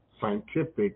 scientific